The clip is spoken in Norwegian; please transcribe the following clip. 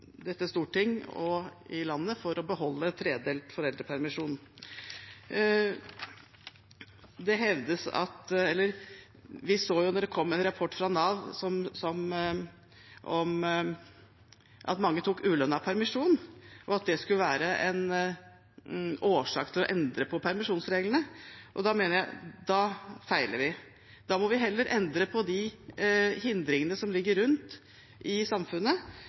dette storting og i landet for å beholde tredelt foreldrepermisjon. Vi så i en rapport som kom fra Nav at mange tok ulønnet permisjon, og det hevdes at det skulle være en grunn til å endre på permisjonsreglene. Da mener jeg at vi feiler. Da må vi heller endre på de hindringene som ligger rundt i samfunnet